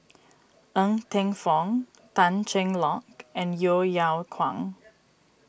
Ng Teng Fong Tan Cheng Lock and Yeo Yeow Kwang